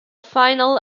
final